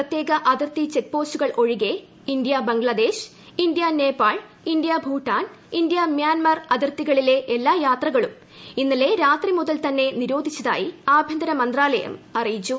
പ്രത്യേക അതിർത്തി ചെക്പോസ്റ്റുകുൾ ഒഴികെ India Bangladesh India Nepal India Bhutan India Myanmar അതിർത്തികളിലെ എല്ലാ യാത്രക്കളുട് ഇന്നലെ രാത്രി മുതൽ തന്നെ നിരോധിച്ചതായി ആഭൂന്തര മന്ത്രാലയം അറിയിച്ചു